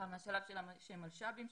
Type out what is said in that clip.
כי זה מהשלב שהם מלש"בים,